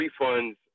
refunds